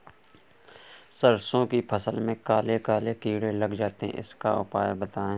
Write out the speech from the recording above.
सरसो की फसल में काले काले कीड़े लग जाते इसका उपाय बताएं?